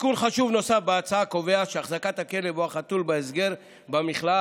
תיקון חשוב נוסף בהצעה קובע שהחזקת הכלב או החתול בהסגר במכלאה